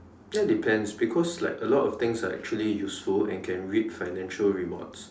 ya depends because like a lot of things are actually useful and can reap finical rewards